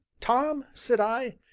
tom, said i,